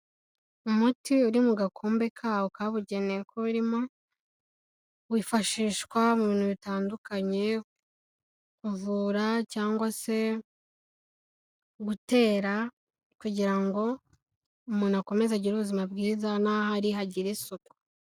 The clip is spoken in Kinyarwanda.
Umuti uri mu gakumbe kawo, kabugenewe kuba urimo, wifashishwa mu bintu bitandukanye, kuvura cyangwa se gutera, kugira ngo umuntu akomeze agire ubuzima bwiza naho ari haakomeze hagire isuku.